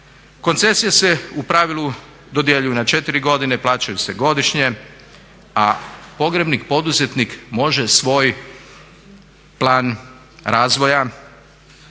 Koncesije se u pravilu dodjeljuju na 4 godine, plaćaju se godišnje, a pogrebnik poduzetnik može svoj plan razvoja